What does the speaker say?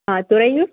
ஆ Thuraiyur